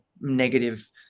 negative